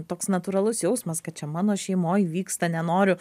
toks natūralus jausmas kad čia mano šeimoj vyksta nenoriu